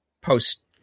post